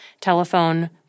Telephone